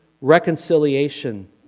reconciliation